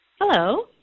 Hello